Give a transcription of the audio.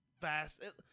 fast